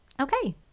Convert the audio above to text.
Okay